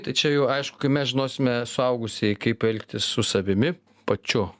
tai čia jau aišku kai mes žinosime suaugusieji kaip elgtis su savimi pačiu